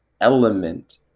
element